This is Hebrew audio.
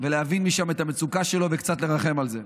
להבין משם את המצוקה שלו וקצת לרחם על זה.